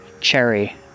cherry